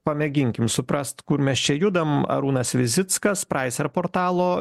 pamėginkim suprast kur mes čia judam arūnas vizickas praiser portalo